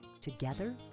Together